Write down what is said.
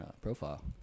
profile